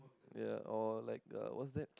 ya or like uh what's that